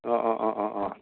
अह अह अह अह अह